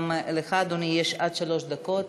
גם לך, אדוני, יש עד שלוש דקות